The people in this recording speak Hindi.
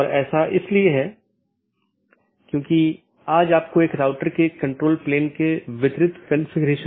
जैसा कि हमने पाथ वेक्टर प्रोटोकॉल में चर्चा की है कि चार पथ विशेषता श्रेणियां हैं